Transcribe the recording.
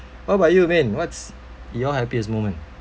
what about you min what's your happiest moment